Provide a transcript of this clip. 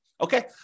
Okay